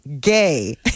gay